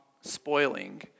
spoiling